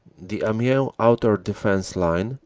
the amiens outer defense line,